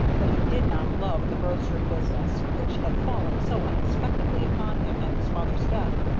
but he did not love the grocery business which had fallen so unexpectedly upon him at his father's death,